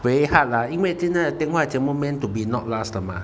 very hard lah 因为现在的电话全部 meant to be not last 的 mah